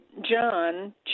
John